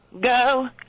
Go